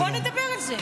בוא נדבר על זה.